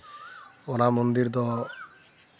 ᱚᱱᱟ ᱢᱚᱱᱫᱤᱨ ᱫᱚ